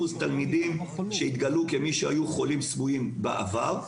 מהתלמידים שיתגלו ככאלה שהיו חולים סמויים בעבר,